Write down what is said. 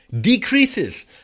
decreases